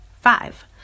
Five